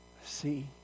See